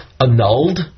annulled